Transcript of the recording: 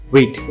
Wait